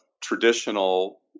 traditional